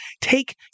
take